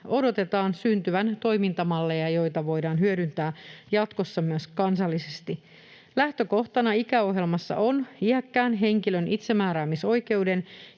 odotetaan syntyvän toimintamalleja, joita voidaan hyödyntää jatkossa myös kansallisesti. Lähtökohtana ikäohjelmassa on iäkkään henkilön itsemääräämisoikeuden